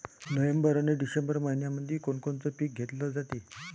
November अन December मइन्यामंधी कोण कोनचं पीक घेतलं जाते?